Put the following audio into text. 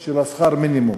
של שכר המינימום.